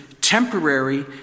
temporary